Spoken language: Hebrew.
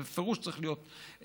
זה בפירוש צריך להיות קריטריון,